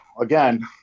again